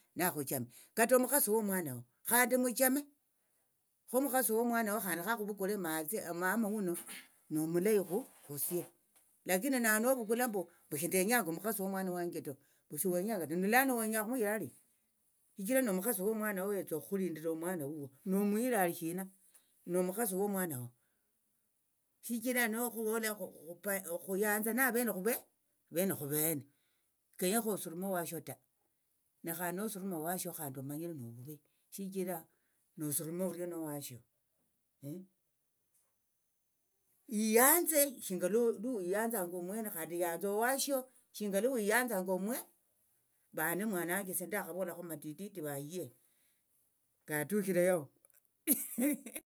Nakhuchame kata omukhasi wo omwano wo khandi muchame khomukhasi wo mwano ho khandi khakhuvukule mathe mama huno nomulayi khu khusie lakini nawe novukula mbu mbu shindenyanga omukhasi wo mwana wanje ta mbu shiwenyanga ta nilano wenyenga okhumuyira halishi shichira nomukhasi womwanao yetsa okhulindira omwana huo nomuhira halishina nomukhasi womwanaho shichira nokhuvola khuyanzane avene khuve khuvene shiķenyekhu osurume owashio nekhandi nosuruma owashio khandi omanye novuvi shichira nosurume oriena owashio iyanze shinga lolowiyanzanga omwene khandi yanza owashio shinga luwiyanzanga omwene khandi yanza owashio shinga luwiyanzanga omwe vane mwana wanje esie ndakhavolakho matititi vaye katushire yao.